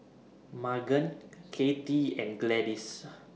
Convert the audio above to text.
Maegan Kathy and Gladys